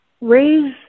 Raise